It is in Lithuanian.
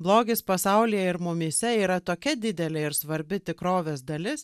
blogis pasaulyje ir mumyse yra tokia didelė ir svarbi tikrovės dalis